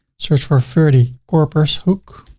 search for ferdy korpershoek.